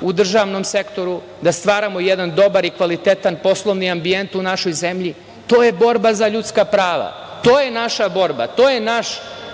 u državnom sektoru, da stvaramo jedan dobar i kvalitetan poslovni ambijent u našoj zemlji. To je borba za ljudska prava. To je naša borba. To je